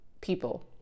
people